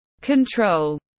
Control